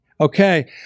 Okay